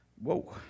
Whoa